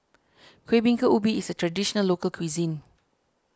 Kueh Bingka Ubi is a Traditional Local Cuisine